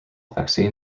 vaccine